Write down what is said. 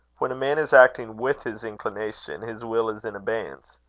when a man is acting with his inclination, his will is in abeyance.